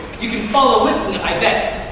you can follow with me, i bet.